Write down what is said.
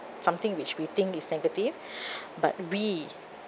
something which we think is negative but we